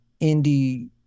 indie